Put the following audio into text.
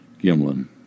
Gimlin